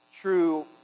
true